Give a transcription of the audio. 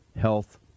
health